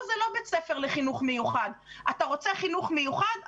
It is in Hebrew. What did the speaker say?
זה לא בית ספר לחינוך מיוחד; אתה רוצה חינוך מיוחד?